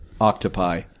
octopi